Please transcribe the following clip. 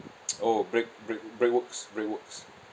oh break break bread works bread works